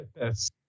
Yes